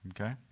okay